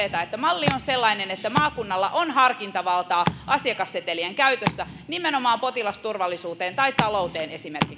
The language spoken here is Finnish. että malli on sellainen että maakunnalla on harkintavaltaa asiakassetelien käytössä nimenomaan esimerkiksi potilasturvallisuuteen tai talouteen